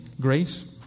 grace